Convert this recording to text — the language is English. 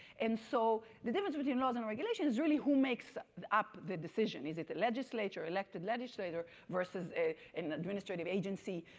and so the difference between laws and regulations is really who makes up the decision. is it the legislature, elected legislature, versus ah and an administrative agency